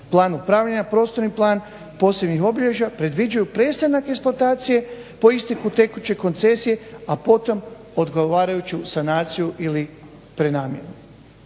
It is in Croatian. plan upravljanja, prostorni plan, posebnih obilježja predviđaju prestanak eksploatacije po isteku tekuće koncesije a potom odgovarajuću sanaciju ili prenamjenu.